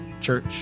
church